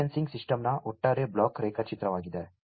ಇದು gas sensing ಸಿಸ್ಟಮ್ನ ಒಟ್ಟಾರೆ ಬ್ಲಾಕ್ ರೇಖಾಚಿತ್ರವಾಗಿದೆ